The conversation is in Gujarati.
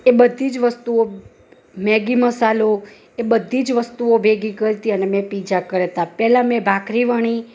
એ બધી જ વસ્તુઓ મેગી મસાલો એ બધી જ વસ્તુઓ ભેગી કરી હતી અને મેં પિત્ઝા કર્યા હતા પહેલાં મેં ભાખરી વણી